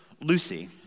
Lucy